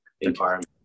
environment